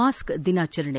ಮಾಸ್ತ್ ದಿನಾಚರಣೆ